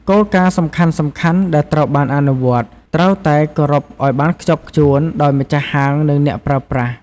គោលការណ៍សំខាន់ៗ ដែលត្រូវបានអនុវត្ត ត្រូវតែ គោរពឱ្យបានខ្ជាប់ខ្ជួន ដោយ ម្ចាស់ហាង និង អ្នកប្រើប្រាស់។